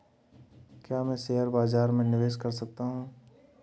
क्या मैं शेयर बाज़ार में निवेश कर सकता हूँ?